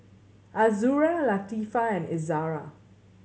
Azura Latifa and Izzara